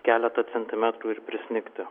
keletą centimetrų ir prisnigti